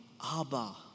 Abba